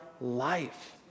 life